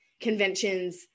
conventions